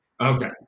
Okay